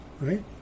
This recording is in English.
right